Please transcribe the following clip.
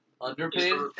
Underpaid